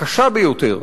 הקשה ביותר,